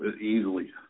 easily